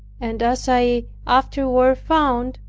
and as i afterward found,